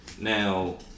Now